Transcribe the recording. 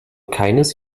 keines